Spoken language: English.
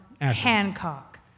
Hancock